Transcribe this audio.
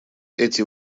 эти